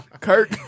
Kirk